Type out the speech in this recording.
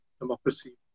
democracy